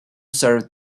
serve